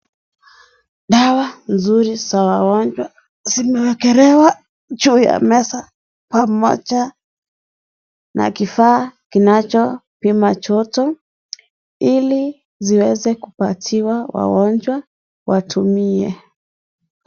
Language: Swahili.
Dawa nzuri za wagonjwa zimeekelewa juu ya meza pamoja na kifaa kinachopima joto ili ziweze kupatiwa wagonjwa watumie.